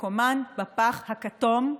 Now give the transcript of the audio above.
מקומן בפח הכתום,